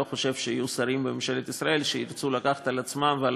אני לא חושב שיהיו שרים בממשלת ישראל שירצו לקחת על עצמם ועל